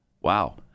Wow